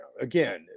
again